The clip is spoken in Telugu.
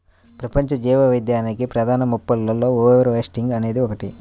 ప్రపంచ జీవవైవిధ్యానికి ప్రధాన ముప్పులలో ఓవర్ హార్వెస్టింగ్ అనేది ఒకటి